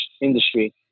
industry